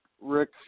rick